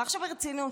ועכשיו ברצינות.